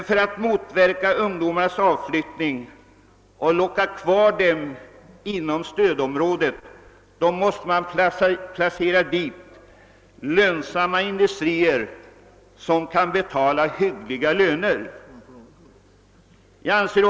För att motverka ungdomarnas avflyttning och locka dem att stanna kvar inom stödområdet måste vi där placera lönsamma industrier som kan betala hyggliga löner.